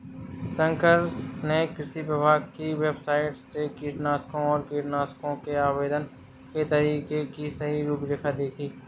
शंकर ने कृषि विभाग की वेबसाइट से कीटनाशकों और कीटनाशकों के आवेदन के तरीके की सही रूपरेखा देखी